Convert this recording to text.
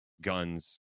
guns